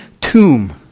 tomb